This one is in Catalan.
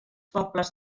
pobles